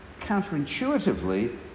counterintuitively